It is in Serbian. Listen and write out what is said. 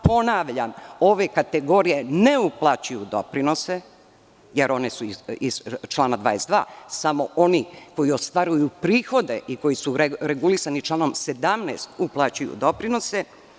Ponavljam, ove kategorije ne uplaćuju doprinose, jer one su iz člana 22. samo oni koji ostvaruju prihode i koji su regulisani članom 17. uplaćuju doprinose.